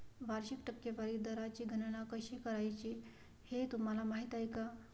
वार्षिक टक्केवारी दराची गणना कशी करायची हे तुम्हाला माहिती आहे का?